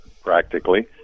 practically